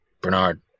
Bernard